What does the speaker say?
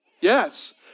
Yes